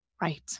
Right